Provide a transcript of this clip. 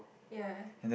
ya